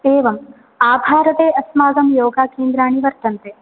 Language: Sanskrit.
एवम् आभारते अस्माकं योगाकेन्द्राणि वर्तन्ते